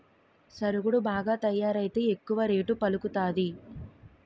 సరుగుడు బాగా తయారైతే ఎక్కువ రేటు పలుకుతాది